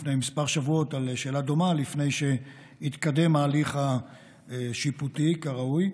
לפני כמה שבועות על שאלה דומה לפני שהתקדם ההליך השיפוטי כראוי.